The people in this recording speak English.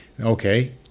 okay